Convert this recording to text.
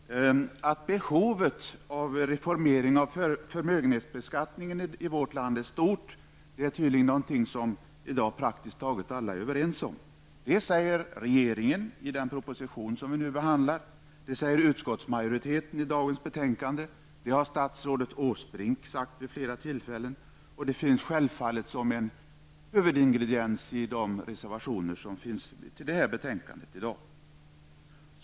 Herr talman! Att behovet av en reformering av förmögenhetsbeskattningen är stort är tydligen något som praktiskt taget alla i dag är överens om. Det säger regeringen i den proposition som vi nu behandlar, det säger utskottsmajoriteten i dagens betänkande, det har statsrådet Åsbrink sagt och det finns självfallet med som en huvudingrediens i flera av reservationerna till detta betänkande.